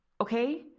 Okay